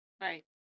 Right